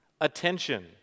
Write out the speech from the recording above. attention